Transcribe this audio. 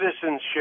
citizenship